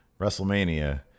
WrestleMania